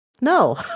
No